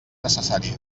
necessari